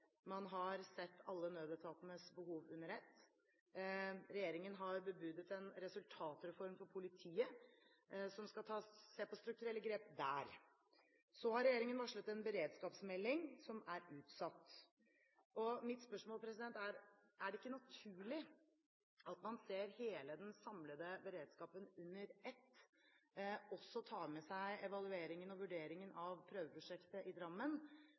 man har sett alle nødetatenes behov under ett. Regjeringen har bebudet en resultatreform for politiet som skal se på strukturelle grep der. Så har regjeringen varslet en beredskapsmelding, som er utsatt. Mitt spørsmål er: Er det ikke naturlig at man ser hele den samlede beredskapen under ett, og også tar med seg evalueringen og vurderingen av prøveprosjektet i Drammen